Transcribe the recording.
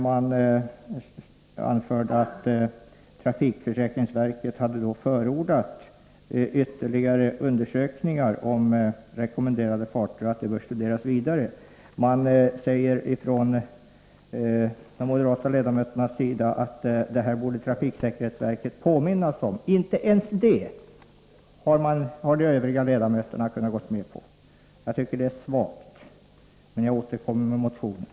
Då anfördes att trafiksäkerhetsverket hade förordat ytterligare undersökningar om rekommenderade farter. De moderata ledamöterna säger att detta borde trafiksäkerhetsverket påminnas om. Inte ens det har de övriga ledamöterna gått med på. Jag tycker det är svagt, men jag återkommer med motionen.